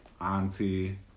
auntie